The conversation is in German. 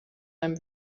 einem